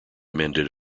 amended